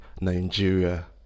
Nigeria